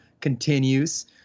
continues